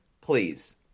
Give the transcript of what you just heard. Please